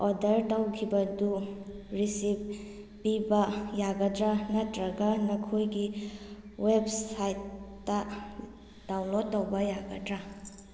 order ꯇꯧꯈꯤꯕꯗꯨ receipt ꯄꯤꯕ ꯌꯥꯒꯗ꯭ꯔꯥ ꯅꯠꯇꯔꯒ ꯅꯈꯣꯏꯒꯤ ꯋꯦꯕ ꯁꯥꯏꯠꯇ ꯗꯥꯎꯟꯂꯣꯗ ꯇꯧꯕ ꯌꯥꯒꯗ꯭ꯔꯥ